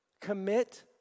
commit